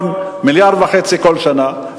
מיליארד וחצי כל שנה,